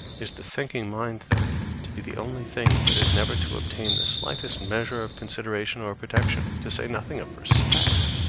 is the thinking mind then, to be the only thing that is never to obtain the slightest measure of consideration or protection, to say nothing of respect?